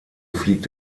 fliegt